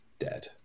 dead